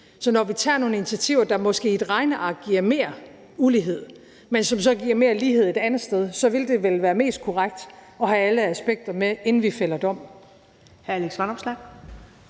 Så når vi tager nogle initiativer, der måske i et regneark giver mere ulighed, men som så giver mere lighed et andet sted, så vil det vel være mest korrekt at have alle aspekter med, inden vi fælder dom.